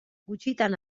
gutxitan